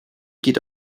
geht